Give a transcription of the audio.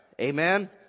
Amen